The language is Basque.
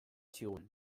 zigun